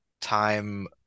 time